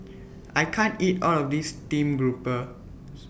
I can't eat All of This Stream Grouper